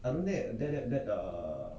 um that that that that err